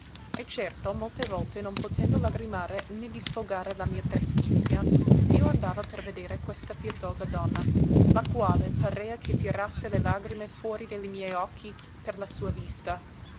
e certo molte volte non potendo lagrimare né disfogare la mia trestizia io andava per vedere questa pietosa donna la quale parea che tirasse le lagrime fuori de li miei occhi per la sua vista